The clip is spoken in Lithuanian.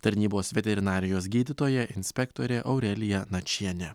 tarnybos veterinarijos gydytoja inspektorė aurelija načienė